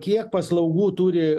kiek paslaugų turi